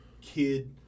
kid